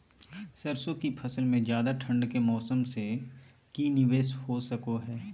सरसों की फसल में ज्यादा ठंड के मौसम से की निवेस हो सको हय?